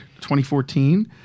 2014